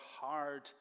hard